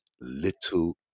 little